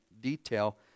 detail